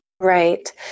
Right